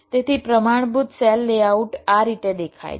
તેથી પ્રમાણભૂત cell layout આ રીતે દેખાય છે